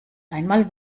einmal